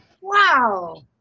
wow